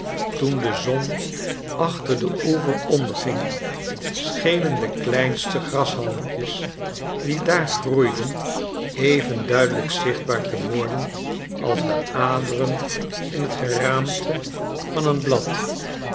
toen de zon achter den oever onderging schenen de kleinste grashalmpjes die daar groeiden even duidelijk zichtbaar te worden als de aderen in t geraamte van een blad